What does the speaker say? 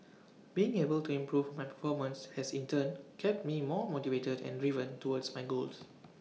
being able to improve my performance has in turn kept me more motivated and driven towards my goals